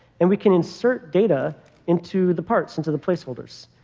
and we can insert data into the parts, into the placeholders.